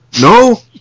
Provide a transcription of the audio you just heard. No